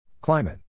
Climate